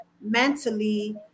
mentally